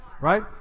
Right